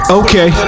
okay